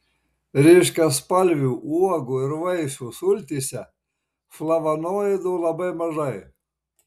ryškiaspalvių uogų ir vaisių sultyse flavonoidų labai mažai